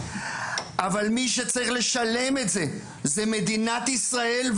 אבל מי שצריך לשלם את זה זו מדינת ישראל,